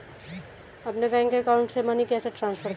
अपने bank account से money कैसे ट्रांसफर करें?